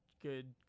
good